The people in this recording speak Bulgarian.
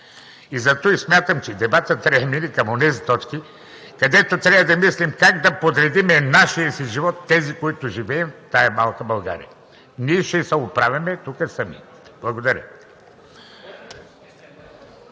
И затова смятам, че дебатът трябва да премине към онези точки, където трябва да мислим как да подредим нашия си живот, тези, които живеем в тази малка България. Ние ще се оправяме тук сами. Благодаря.